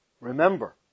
Remember